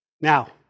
Now